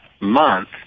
month